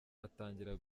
atangira